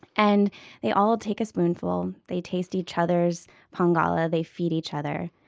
and they all take a spoonful, they taste each other's pangola, they feed each other.